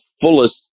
fullest